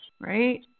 right